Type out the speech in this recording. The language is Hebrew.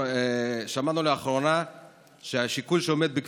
שמענו לאחרונה שהשיקול שעומד מאחורי